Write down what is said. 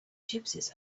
gypsies